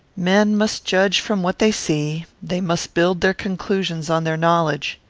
men must judge from what they see they must build their conclusions on their knowledge.